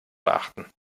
beachten